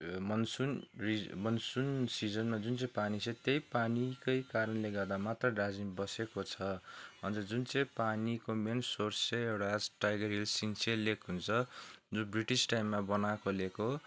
monsoon ridge monsoon सिजनमा जुन चाहिँ पानी छ त्यही पानीकै कारणले गर्दा मात्र दार्जिलिङ बसेको छ अन्त जुन चाहिँ पानीको मेन सोर्स चाहिँ एउटा टाइगर हिल सिन्चेल लेक हुन्छ जो ब्रिटिस टाइममा बनाएको लेक हो